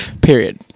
Period